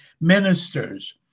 ministers